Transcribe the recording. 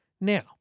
Now